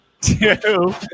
Two